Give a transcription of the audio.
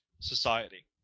society